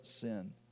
sin